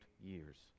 years